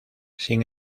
sin